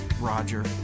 Roger